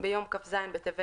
"ביום כ"ז בטבת